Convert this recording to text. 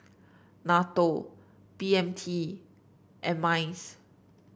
NATO B M T and Minds